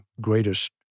greatest